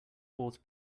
fourth